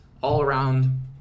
all-around